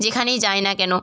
যেখানেই যাই না কেন